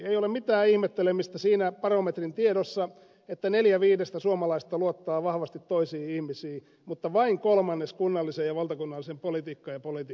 ei ole mitään ihmettelemistä siinä barometrin tiedossa että neljä viidestä suomalaisesta luottaa vahvasti toisiin ihmisiin mutta vain kolmannes kunnalliseen ja valtakunnalliseen politiikkaan ja poliitikkoihin